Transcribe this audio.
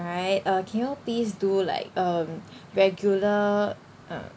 right uh can you please do like um regular uh